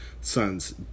sons